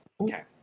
Okay